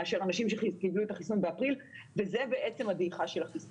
מאשר אנשים שקיבלו את החיסון באפריל וזאת בעצם הדעיכה של החיסון.